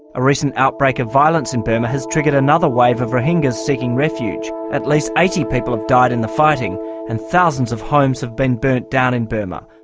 a recent outbreak of violence in burma has triggered another wave of rohingyas seeking refuge. at least eighty people have died in the fighting and thousands of homes have been burnt down in burma.